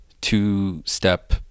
two-step